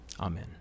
Amen